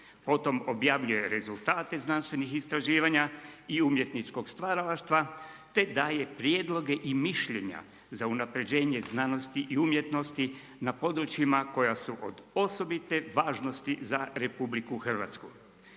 potom objavljuje rezultate znanstvenih istraživanja i umjetničkog stvaralaštva te daje prijedloge i mišljenja za unapređenje znanosti i umjetnosti na područjima koja su od osobite važnosti za RH.